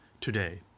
today